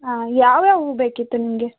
ಆಂ ಯಾವ್ಯಾವ ಹೂ ಬೇಕಿತ್ತು ನಿಮಗೆ